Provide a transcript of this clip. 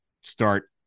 start